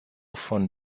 von